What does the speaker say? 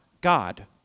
God